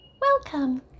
Welcome